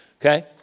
Okay